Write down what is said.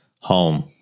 Home